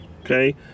okay